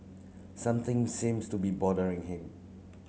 something seems to be bothering him